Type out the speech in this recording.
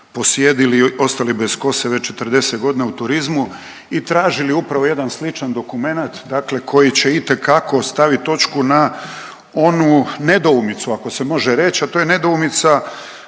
posijedili i ostali bez kose već 40 godina u turizmu i tražili upravo jedan sličan dokumenat dakle koji će itekako stavit točku na onu nedoumicu ako se može reć, a to je nedoumica